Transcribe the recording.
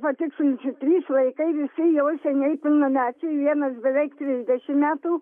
patikslinsiu trys vaikai visi jau seniai pilnamečiai vienas beveik trisdešim metų